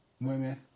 Women